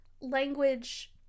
language